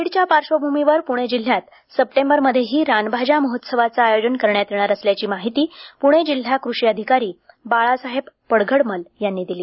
कोविडच्या पार्श्वभूमीवर पुणे जिल्हयात सप्टेंबरमध्येही रानभाज्या महोत्सवाचे आयोजन करण्यात येणार असल्याची माहिती पुणे जिल्हा कृषी आधिकारी बाळासाहेब पडघडमल यांनी दिली